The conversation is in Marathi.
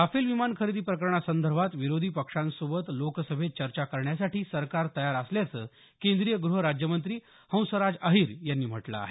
राफेल विमान खरेदी प्रकरणासंदर्भात विरोधी पक्षांसोबत लोकसभेत चर्चा करण्यासाठी सरकार तयार असल्याचं केंद्रीय गृह राज्यमंत्री हंसराज अहिर यांनी म्हटलं आहे